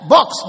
Box